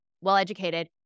well-educated